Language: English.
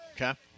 Okay